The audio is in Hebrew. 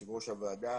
יושבת-ראש הוועדה,